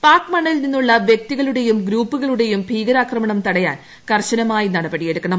പാക് മണ്ണിൽ നിന്നുള്ള വൃക്തികളുടെയും ഗ്രൂപ്പുകളുടെയും ഭീകരാക്രമണം തടയാൻ കർശനമായി നടപടിയെടുക്കണം